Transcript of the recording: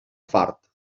fart